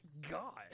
God